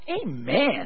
Amen